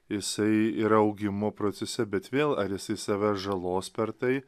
jisai yra augimo procese bet vėl ar jisai save žalos per tai